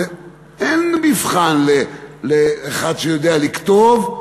אין מבחן לאחד שיודע לכתוב.